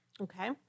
Okay